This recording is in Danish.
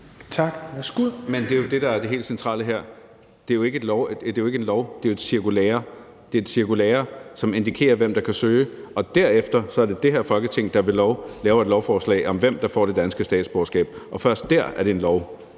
(KF): Men det er jo det, der er det helt centrale her: Det er jo ikke en lov, det er et cirkulære. Det er et cirkulære, som indikerer, hvem der kan søge, og derefter er det det her Folketing, der vedtager et lovforslag om, hvem der får det danske statsborgerskab, og først dér er det en lov.